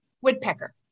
woodpecker